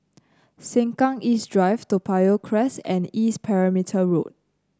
Sengkang East Drive Toa Payoh Crest and East Perimeter Road